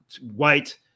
White